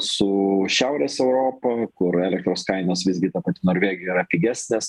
su šiaurės europa kur elektros kainos visgi ta pati norvegija yra pigesnės